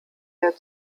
der